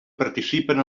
participen